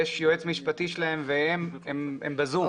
יש להם יועץ משפטי והם ב-זום.